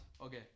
Okay